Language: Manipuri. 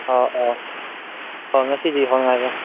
ꯑꯥ ꯑꯥ ꯑꯥ ꯉꯁꯤꯗꯩ ꯍꯧꯅꯤ